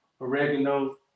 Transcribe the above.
oregano